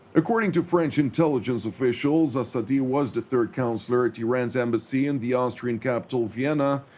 according to french intelligence officials assadi was the third counsellor at iran's embassy in the austrian capital, vienna,